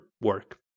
work